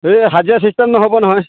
এই হাজিৰা চিষ্টেম নহ'ব নহয়